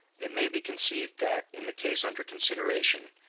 it may be conceived that, in the case under consideration,